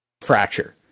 Fracture